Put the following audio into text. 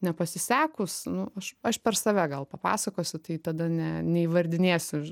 nepasisekus nu aš aš per save gal papasakosiu tai tada ne neįvardinėsiu